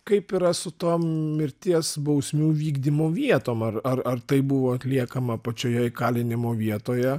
kaip yra su tom mirties bausmių vykdymo vietom ar ar ar tai buvo atliekama pačioje įkalinimo vietoje